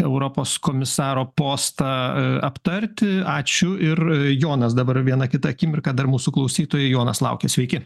europos komisaro postą aptarti ačiū ir jonas dabar vieną kitą akimirką dar mūsų klausytojai jonas laukia sveiki